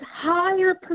higher